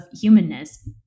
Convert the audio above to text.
humanness